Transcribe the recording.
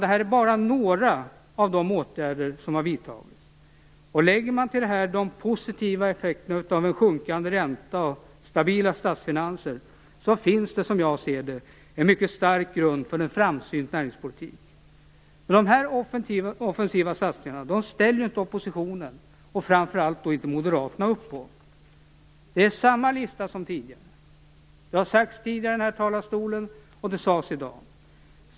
Detta är bara några av de åtgärder som har vidtagits. Lägger man till detta de positiva effekterna av en sjunkande ränta och stabila statsfinanser finns det som jag ser det en mycket stark grund för en framsynt näringspolitik. Dessa offensiva satsningar ställer inte oppositionen, och framför allt inte Moderaterna, upp på. Det är samma lista som tidigare. Det har sagts tidigare i denna talarstol, och det sades i dag.